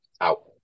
out